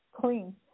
clean